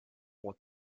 what